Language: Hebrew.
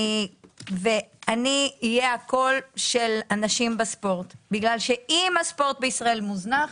אני אהיה הקול של הנשים בספורט בגלל שאם הספורט בישראל מוזנח,